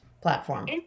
platform